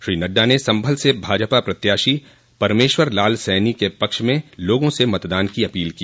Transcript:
श्री नड़डा ने सम्भल से भाजपा प्रत्याशी परमेश्वर लाल सैनी के पक्ष में लोगों से मतदान की अपील की